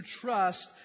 trust